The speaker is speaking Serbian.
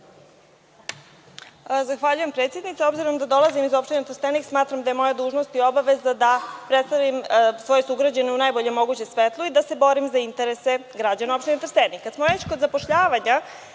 Zahvaljujem, predsednice. Obzirom da dolazim iz opštine Trstenik, smatram da je moja dužnost i obaveza da predstavim svoje sugrađane u najboljem mogućem svetlu i da se borim za interese građana opštine Trstenik. Kad